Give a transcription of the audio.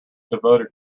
devoted